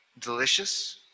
delicious